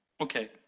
Okay